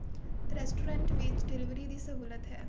restaurant ਵਿੱਚ delivery ਦੀ ਸਹੂਲਤ ਹੈ